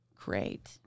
great